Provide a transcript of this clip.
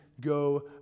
go